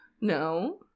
No